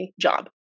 job